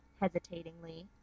hesitatingly